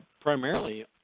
primarily